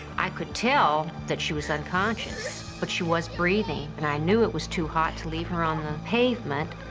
i could tell that she was unconscious, but she was breathing. and i knew it was too hot to leave her on the pavement.